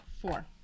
Four